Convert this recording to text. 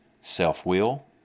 self-will